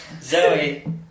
Zoe